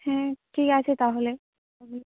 হ্যাঁ ঠিক আছে তাহলে